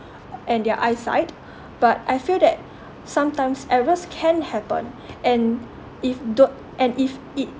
and their eye sight but I feel that sometimes errors can happen and if don't and if it